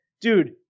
dude